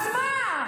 אז מה?